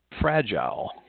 fragile